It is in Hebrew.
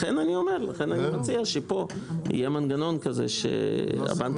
לכן אני מציע שפה יהיה מנגנון כזה שהבנק